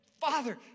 Father